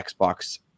Xbox